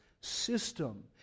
system